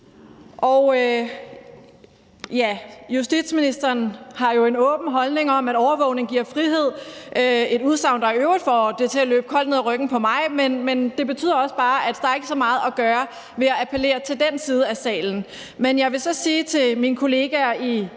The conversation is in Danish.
justitsministeren har jo en åben holdning om, at øget overvågning giver frihed – et udsagn, der jo i øvrigt får det til at løbe koldt ned ad ryggen på mig, men det betyder også bare, at der ikke er så meget at gøre ved at appellere til den side af salen. Men jeg vil så sige til mine kollegaer i